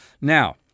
Now